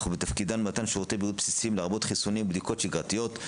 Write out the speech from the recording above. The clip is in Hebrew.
ותפקודן במתן שירותי בריאות בסיסיים לרבות חיסונים ובדיקות שגרתיות,